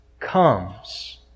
comes